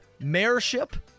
mayorship